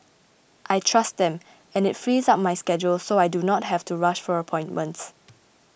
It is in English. I trust them and it frees up my schedule so I do not have to rush for appointments